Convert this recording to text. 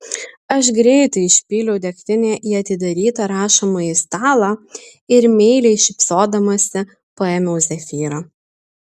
aš greitai išpyliau degtinę į atidarytą rašomąjį stalą ir meiliai šypsodamasi paėmiau zefyrą